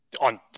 On